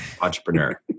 entrepreneur